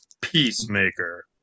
peacemaker